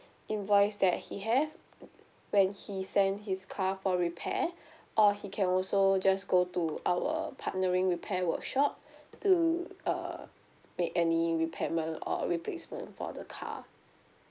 invoice that he have when he send his car for repair or he can also just go to our partnering repair workshop to uh make any repairment or replacement for the car